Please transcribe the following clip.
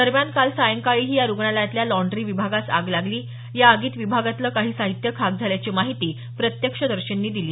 दरम्यान काल सायंकाळीही या रुग्णालयातल्या लाँडी विभागास आग लागली या आगीत विभागातलं काही साहित्य खाक झाल्याची माहिती प्रत्यक्षदर्शींनी दिली